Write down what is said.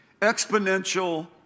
Exponential